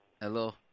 Hello